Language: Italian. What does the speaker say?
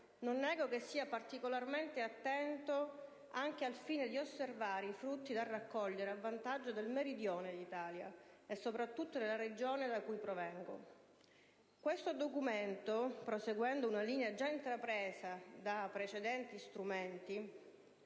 non nego che sia particolarmente attento anche al fine di osservare i frutti da raccogliere a vantaggio del Meridione d'Italia, e soprattutto della Regione da cui provengo. Questo Documento, proseguendo una linea già intrapresa da precedenti strumenti